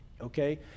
Okay